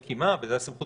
בעצם, זו הסמכות